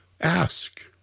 Ask